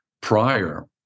prior